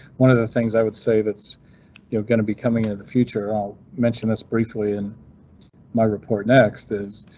one of the things i would say that's you know going to be coming into the future. i'll mention this briefly in my report. next is.